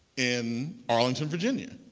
in arlington, virginia.